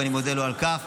ואני מודה לו על כך.